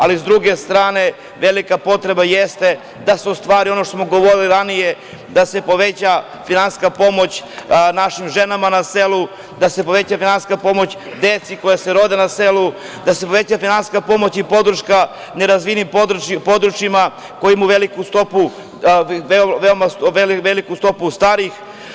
Ali, s druge strane, velika potreba jeste da se ostvari ono što smo govorili ranije, da se poveća finansijska pomoć našim ženama na selu, da se poveća finansijska pomoć deci koja se rode na selu, da se poveća finansijska pomoć i podrška nerazvijenim područjima koja imaju veoma veliku stopu starih.